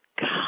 God